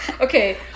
Okay